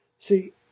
See